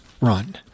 run